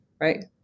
right